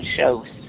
shows